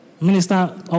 Minister